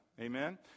Amen